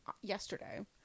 yesterday